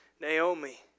Naomi